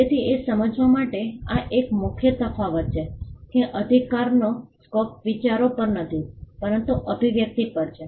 તેથી એ સમજવા માટે આ એક મુખ્ય તફાવત છે કે અધિકારનો સ્કોપ વિચારો પર નથી પરંતુ અભિવ્યક્તિ પર છે